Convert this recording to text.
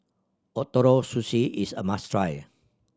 Ootoro Sushi is a must try